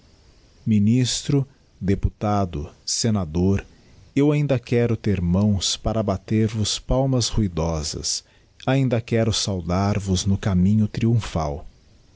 ministro deputado senador eu ainda quero ter mãos para bater vos palmas ruidosas ainda quero saudar vos no caminho triumphal